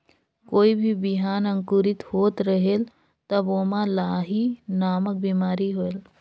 कोई भी बिहान अंकुरित होत रेहेल तब ओमा लाही नामक बिमारी होयल?